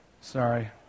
Sorry